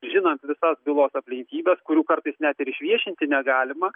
žinant visas bylos aplinkybes kurių kartais net ir išviešinti negalima